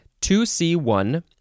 2C1